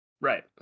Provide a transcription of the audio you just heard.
Right